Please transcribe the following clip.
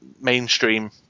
mainstream